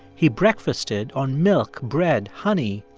he breakfasted on milk, bread, honey,